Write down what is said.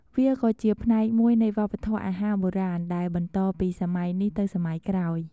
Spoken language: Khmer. វាក៏ជាផ្នែកមួយនៃវប្បធម៌អាហារបុរាណដែលបន្តពីសម័យនេះទៅសម័យក្រោយ។